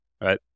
Right